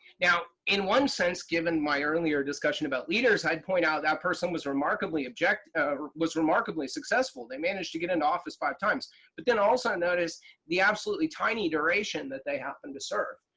now, in one sense given my earlier discussion about leaders i'd point out that person was remarkably object was remarkably successful. they managed to get into office five times but then also notice the absolutely tiny duration that they happen to serve.